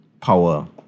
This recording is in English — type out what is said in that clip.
power